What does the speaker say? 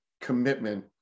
commitment